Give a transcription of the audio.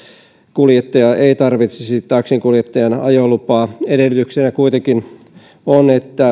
kuljettaja ei tarvitsisi taksinkuljettajan ajolupaa edellytyksenä kuitenkin on että